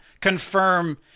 confirm